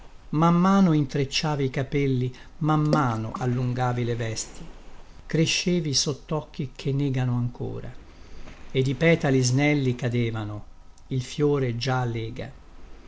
man mano intrecciavi i capelli man mano allungavi le vesti crescevi sottocchi che negano ancora ed i petali snelli cadevano il fiore già lega